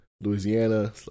louisiana